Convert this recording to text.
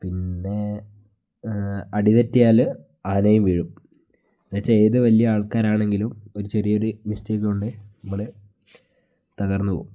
പിന്നെ അടി തെറ്റിയാൽ ആനയും വീഴും എന്നു വെച്ചാൽ ഏതു വലിയ ആൾക്കാരാണെങ്കിലും ഒരു ചെറിയൊരു മിസ്റ്റേക്ക് കൊണ്ട് നമ്മൾ തകർന്നുപോകും